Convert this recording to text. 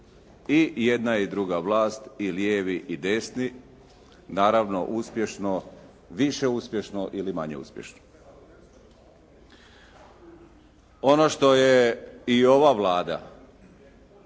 i jedna i druga vlast, i lijevi i desni, naravno uspješno, više uspješno ili manje uspješno. Ono što je i ova Vlada,